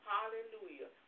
Hallelujah